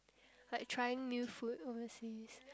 like trying new food overseas